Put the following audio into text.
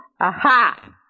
Aha